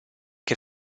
che